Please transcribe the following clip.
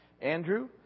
Andrew